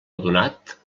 adonat